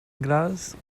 glas